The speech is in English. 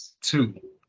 two